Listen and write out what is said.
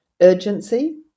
urgency